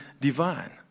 divine